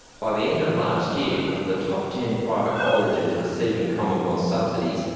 by the end of last year, of the top ten private colleges receiving commonwealth subsidies,